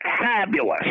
Fabulous